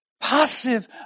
passive